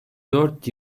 dört